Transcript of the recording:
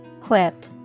Quip